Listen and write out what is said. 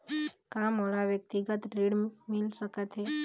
का मोला व्यक्तिगत ऋण मिल सकत हे?